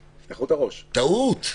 טעות.